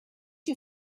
you